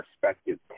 perspective